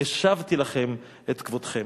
השבתי לכם את כבודכם.